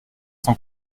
cent